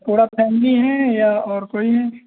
पूरी फ़ैमिली है या और कोई है